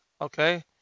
Okay